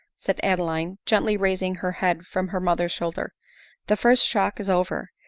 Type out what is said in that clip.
said adeline, gently raising her head from her mother's shoulder the first shock is over,